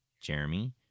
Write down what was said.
Jeremy